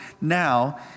now